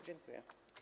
Dziękuję.